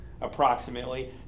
approximately